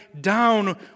down